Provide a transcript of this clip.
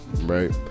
Right